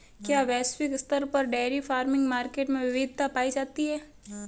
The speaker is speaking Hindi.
क्या वैश्विक स्तर पर डेयरी फार्मिंग मार्केट में विविधता पाई जाती है?